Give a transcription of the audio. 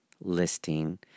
listing